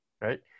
Right